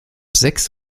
sechs